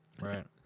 Right